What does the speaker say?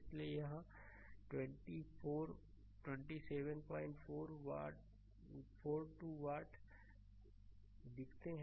इसलिए यहां 2742 watt 22742 watt दिखते हैं